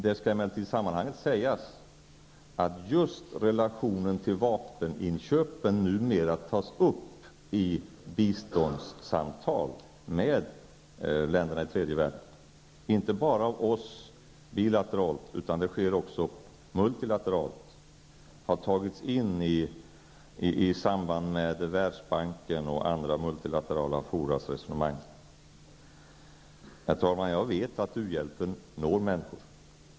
Det skall emellertid i sammanhanget sägas att just relationen till vapeninköpen numera tas upp i biståndssamtal med länderna i tredje världen, inte bara av oss bilateralt utan det sker också multilateralt och har tagits in i samband med Världsbankens och andra multilaterala foras resonemang. Herr talman! Jag vet att u-hjälpen når människor.